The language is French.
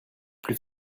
plus